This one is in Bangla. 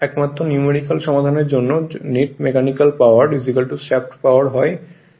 একমাত্র নিউমেরিকাল সমাধানের জন্য net mechanical power shaft power হয় এই জিনিসটি আমাদের মাথায় রাখতে হবে